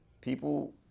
people